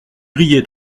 riait